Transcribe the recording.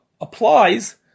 applies